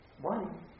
one